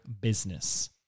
business